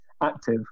active